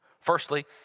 Firstly